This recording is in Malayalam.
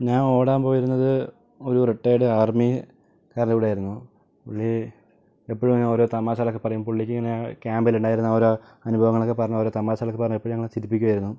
ഞാൻ ഓടാൻ പോയിരുന്നത് ഒരു റിട്ടയേർഡ് ആർമിക്കാരൻ്റെ കൂടെയായിരുന്നു പുള്ളി എപ്പഴും ഇങ്ങനെ ഓരോ തമാശകൾ ഒക്കെ പറയും പുള്ളിക്ക് ഇങ്ങനെ ക്യാമ്പിൽ ഉണ്ടായിരുന്ന ഓരോ അനുഭവങ്ങളൊക്കെ പറഞ്ഞു ഓരോ തമാശകൾ ഒക്കെ പറഞ്ഞു എപ്പഴും ഞങ്ങളെ ചിരിപ്പിക്കും ആയിരുന്നു